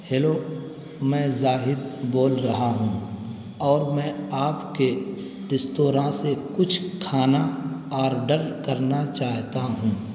hello میں زاہد بول رہا ہوں اور میں آپ کے ریستوراں سے کچھ کھانا آرڈر کرنا چاہتا ہوں